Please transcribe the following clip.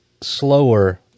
slower